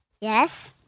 Yes